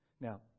Now